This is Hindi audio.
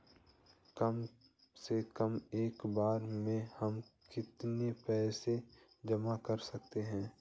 कम से कम एक बार में हम कितना पैसा जमा कर सकते हैं?